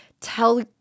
tell